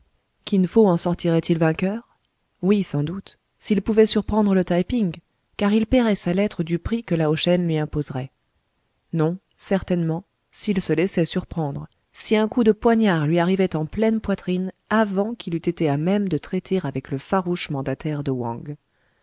kin fo en sortirait il vainqueur oui sans doute s'il pouvait surprendre le taï ping car il paierait sa lettre du prix que laoshen lui imposerait non certainement s'il se laissait surprendre si un coup de poignard lui arrivait en pleine poitrine avant qu'il eût été à même de traiter avec le farouche mandataire de wang